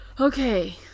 Okay